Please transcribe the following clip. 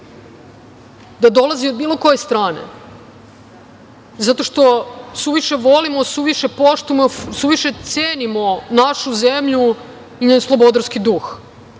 da dolazi od bilo koje strane zato što suviše volimo, suviše poštujemo, suviše cenimo našu zemlju i njen slobodarski